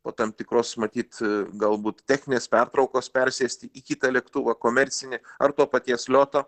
po tam tikros matyt galbūt techninės pertraukos persėsti į kitą lėktuvą komercinį ar to paties lioto